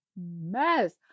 mess